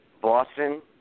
Boston